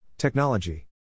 Technology